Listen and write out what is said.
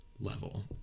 level